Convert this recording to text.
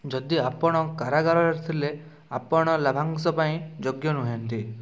ଯଦି ଆପଣ କାରାଗାରରେ ଥିଲେ ଆପଣ ଲାଭାଂଶ ପାଇଁ ଯୋଗ୍ୟ ନୁହଁନ୍ତି